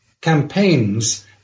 campaigns